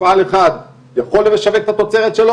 מפעל אחד יכול לשווק את התוצרת שלו